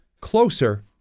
closer